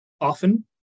often